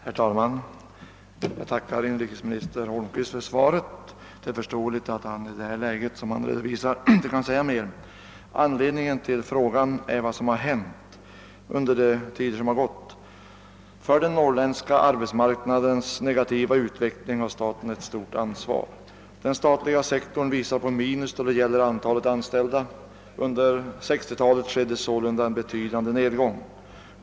Herr talman! Jag tackar inrikesminister Holmqvist för svaret. Det är förståeligt att han i det läge som han redovisar inte kan säga mer. Anledningen till min fråga är vad som har hänt under den tid som gått. För den norrländska arbetsmarknadens negativa utveckling har staten ett stort ansvar. Den statliga sektorn visar på minus när det gäller antalet anställda. Under 1960-talet skedde sålunda en be tydande nedgång.